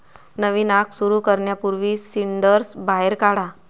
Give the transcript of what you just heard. नवीन आग सुरू करण्यापूर्वी सिंडर्स बाहेर काढा